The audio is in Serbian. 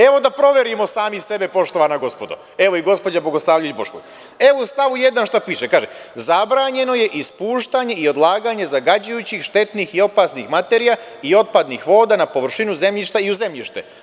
Evo, da proverimo sami sebe, poštovana gospodo, evo i gospođa Bogosavljević Bošković, evo u stavu 1. šta piše: „zabranjeno je ispuštanje i odlaganje zagađujućih, štetnih i opasnih materija i otpadnih voda na površinu zemljišta i u zemljište“